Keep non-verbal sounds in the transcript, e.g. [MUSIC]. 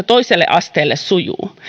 [UNINTELLIGIBLE] toiselle asteelle sujuu